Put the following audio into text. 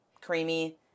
creamy